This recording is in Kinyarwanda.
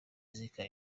muzika